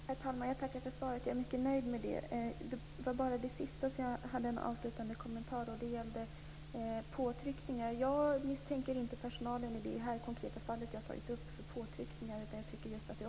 Herr talman! Jag tackar för svaret. Jag är mycket nöjd med det. Jag har en avslutande kommentar till det som sades sist. Det gäller påtryckningar. Jag misstänker inte personalen i det konkreta fall jag har tagit upp för påtryckningar.